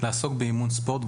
לעסוק באימון ספורט,